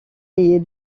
est